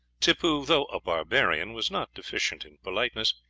tippoo, though a barbarian, was not deficient in politeness,